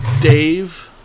Dave